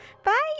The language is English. Bye